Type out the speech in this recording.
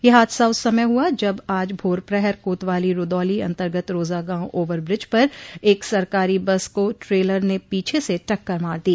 यह हादसा उस समय हुआ जब आज भोर प्रहर कोतवाली रूदौली अंतर्गत रोजा गांव ओवर ब्रिज पर एक सरकारी बस को ट्रेलर ने पीछे से टक्कर मार दी